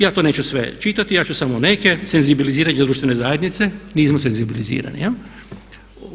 Ja to neću sve čitati, ja ću samo neke senzibiliziranje društvene zajednice, nismo senzibilizirani jel?